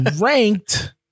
ranked